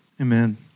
Amen